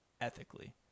ethically